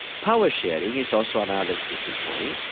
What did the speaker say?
power-sharing is also another sticking point.